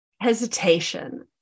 hesitation